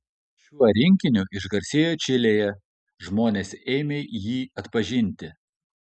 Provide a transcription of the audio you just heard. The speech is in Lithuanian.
šiuo rinkiniu išgarsėjo čilėje žmonės ėmė jį atpažinti